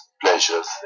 pleasures